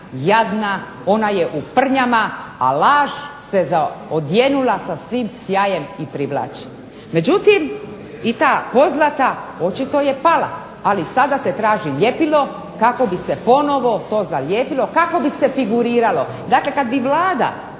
jadna, ona je u prnjama, a laž se zaodjenula sa svim sjajem i privlači. Međutim, i ta poznata očito je pala. Ali sada se traži ljepilo kako bi se ponovo to zalijepilo, kako bi se figuriralo. Dakle, kad bi Vlada